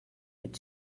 mit